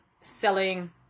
selling